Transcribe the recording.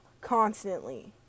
constantly